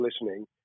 listening